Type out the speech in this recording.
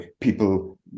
people